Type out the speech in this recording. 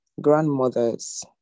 Grandmothers